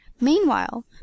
meanwhile